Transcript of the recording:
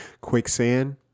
quicksand